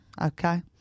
Okay